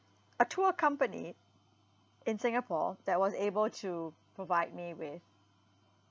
a tour company in singapore that was able to provide me with